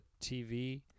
TV